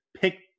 pick